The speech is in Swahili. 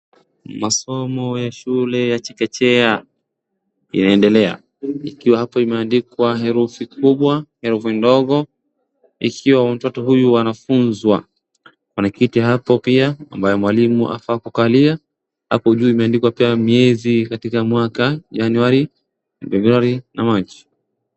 Masomo ya shule ya chekechea yaendelea. Ikiwa hapo imeandikwa herufi kubwa, herufi ndogo ikiwa mtoto huyu anafunzwa. Kuna kiti hapo pia ambayo mwalimu afaakukalia. Hapo juu pia imeandikwa miezi katika mwaka januari, februari na march .